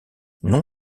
non